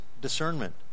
discernment